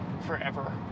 forever